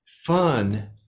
fun